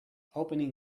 opening